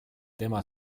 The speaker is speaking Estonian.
tema